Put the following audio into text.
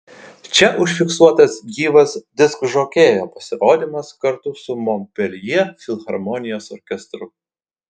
čia užfiksuotas gyvas diskžokėjo pasirodymas kartu su monpeljė filharmonijos orkestru